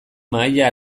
mahaia